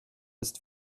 ist